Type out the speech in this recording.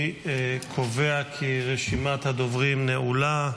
אני קובע כי רשימת הדוברים נעולה.